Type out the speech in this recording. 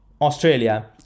Australia